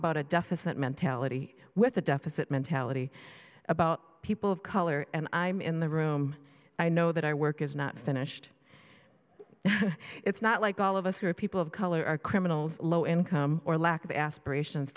about a deficit mentality with a deficit mentality about people of color and i'm in the room i know that our work is not finished it's not like all of us who are people of color are criminals low income or lack of aspirations